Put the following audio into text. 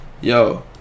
Yo